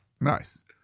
Nice